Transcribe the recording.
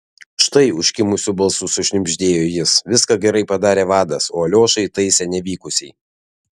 štai užkimusiu balsu sušnibždėjo jis viską gerai padarė vadas o aliošą įtaisė nevykusiai